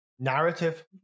Narrative